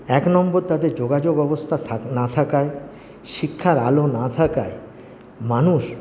এক নম্বর তাদের যোগাযোগ অবস্থা থাক না থাকায় শিক্ষার আলো না থাকায় মানুষ